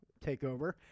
Takeover